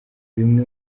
bimwe